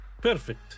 perfect